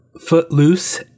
Footloose